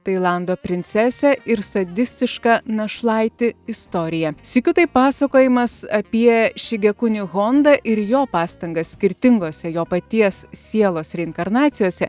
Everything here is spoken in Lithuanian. tailando princesę ir sadistišką našlaitį istorija sykiu tai pasakojimas apie šigekunihonda ir jo pastangas skirtingose jo paties sielos reinkarnacijose